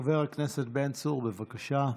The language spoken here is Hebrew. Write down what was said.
חבר הכנסת בן צור, בבקשה.